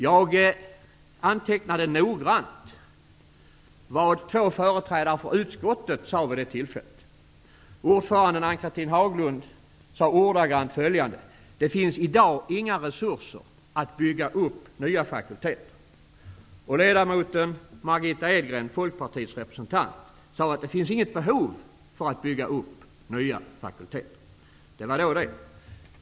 Jag antecknade noggrant vad två företrädare för utskottet sade vid det tillfället. Ordföranden Ann Chatrine Haglund sade att det i dag inte finns några resurser för att bygga upp nya fakulteter. Ledamoten Margitta Edgren, folkpartiets representant, sade att det finns inte något behov av att bygga upp nya fakulteter. Det var då det.